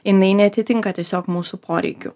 jinai neatitinka tiesiog mūsų poreikių